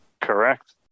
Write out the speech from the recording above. Correct